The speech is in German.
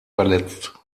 verletzt